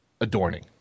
Adorning